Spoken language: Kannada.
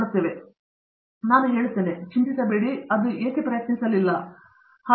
ಆದ್ದರಿಂದ ನಾನು ಅವರಿಗೆ ಹೌದು ಎಂದು ಹೇಳುತ್ತೇನೆ ಅದರ ಬಗ್ಗೆ ಚಿಂತಿಸಬೇಡ ನೀವು ಇದನ್ನು ಏಕೆ ಪ್ರಯತ್ನಿಸಲಿಲ್ಲ ಅಥವಾ ಪ್ರಯತ್ನಿಸುತ್ತಿಲ್ಲ